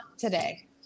today